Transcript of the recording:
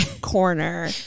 corner